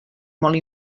molt